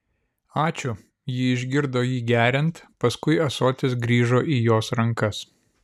ačiū ji išgirdo jį geriant paskui ąsotis grįžo įjos rankas